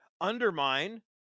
undermine